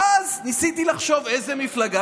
ואז ניסיתי לחשוב איזה מפלגה.